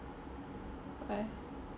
what